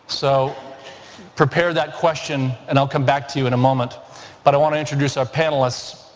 so prepare that question and i'll come back to you in a moment but i want to introduce our panelists.